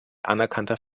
anerkannter